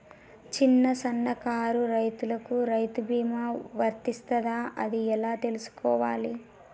చిన్న సన్నకారు రైతులకు రైతు బీమా వర్తిస్తదా అది ఎలా తెలుసుకోవాలి?